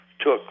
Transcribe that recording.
took